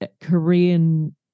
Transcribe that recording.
Korean